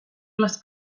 les